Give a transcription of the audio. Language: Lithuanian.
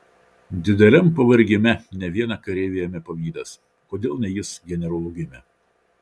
dideliam pavargime ne vieną kareivį ėmė pavydas kodėl ne jis generolu gimė